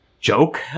joke